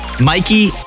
Mikey